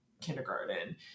kindergarten